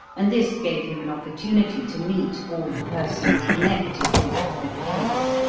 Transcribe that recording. and this gave him an opportunity to meet all the persons connected with the case,